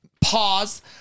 Pause